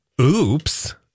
Oops